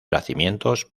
yacimientos